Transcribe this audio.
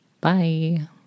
Bye